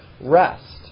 rest